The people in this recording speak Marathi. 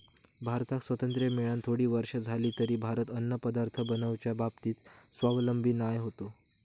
भारताक स्वातंत्र्य मेळान थोडी वर्षा जाली तरी भारत अन्नपदार्थ बनवच्या बाबतीत स्वावलंबी नाय होतो